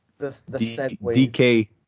DK